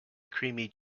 creamy